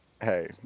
hey